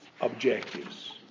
objectives